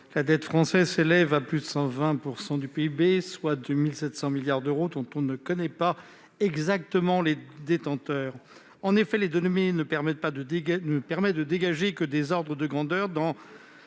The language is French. la dette française s'élève à plus de 120 % du PIB, soit 2 700 milliards d'euros, dont on ne connaît pas exactement les détenteurs. En effet, les données ne permettent de dégager que des ordres de grandeur,